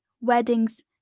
weddings